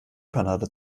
panade